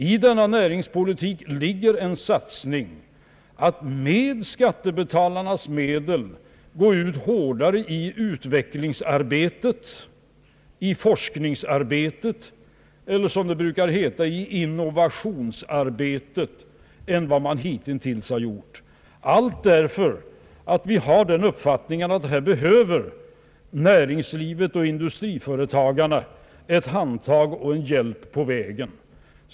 I denna näringspolitik ligger också en satsning att med skattebetalarnas medel gå ut hårdare i utvecklingsarbetet, i forskningsarbetet, i som det brukar heta innovationsarbetet än vad man hittills gjort. Allt detta därför att vi har den uppfattningen att näringslivet och industriföretagarna behöver ett handtag och en hjälp på väg.